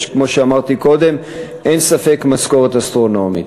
שכמו שאמרתי קודם אין ספק שזו משכורת אסטרונומית,